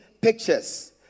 pictures